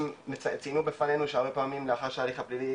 ציינו בפנינו שהרבה פעמים לאחר שההליך הפלילי